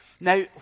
Now